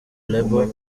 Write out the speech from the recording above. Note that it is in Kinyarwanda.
label